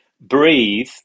breathe